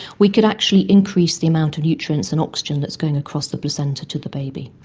we could actually increase the amount of nutrients and oxygen that's going across the placenta to the baby.